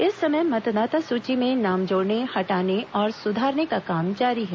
इस समय मतदाता सूची में नाम जोड़ने हटाने और सुधारने का काम जारी है